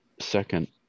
Second